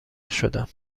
شدم